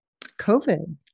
COVID